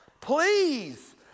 Please